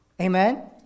Amen